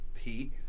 heat